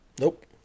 Nope